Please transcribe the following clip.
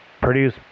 produce